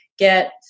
Get